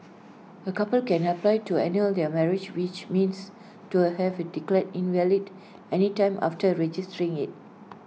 A couple can apply to annul their marriage which means to have IT declared invalid any time after registering IT